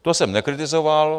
To jsem nekritizoval.